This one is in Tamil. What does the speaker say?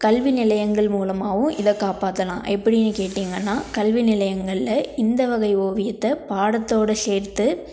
கல்வி நிலையங்கள் மூலமாகவும் இதை காப்பாற்றலாம் எப்படின்னு கேட்டீங்கன்னா கல்வி நிலையங்களில் இந்தவகை ஓவியத்தை பாடத்தோடய சேர்த்து